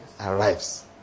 arrives